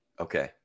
Okay